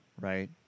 right